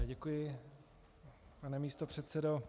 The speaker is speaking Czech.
Děkuji, pane místopředsedo.